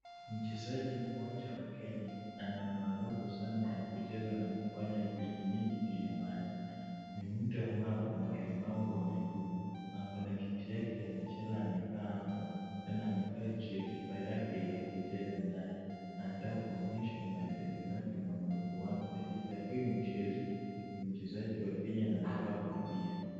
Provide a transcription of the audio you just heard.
Mchezaji mmoja wa Kenya, ana maarufu sana ya kucheza na kufanya vitu mingi juu ya maji. Ni mtu ambaye ako na ulemavu wa miguu, ako na kiti yake ya machela amekaa hapo, tena amekaa juu ya kifaa yake ya kucheza nayo, anataka kuonyesha maridadi yake umaarufu wake katika hiyo mchezo. Ni mchezaji wa Kenya na amevaa kofia.